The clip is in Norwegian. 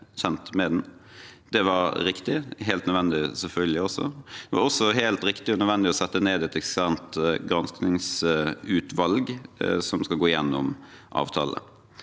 helt riktig og nødvendig å sette ned et eksternt granskingsutvalg som skal gå igjennom avtalene.